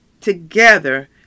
together